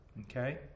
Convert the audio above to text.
Okay